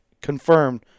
confirmed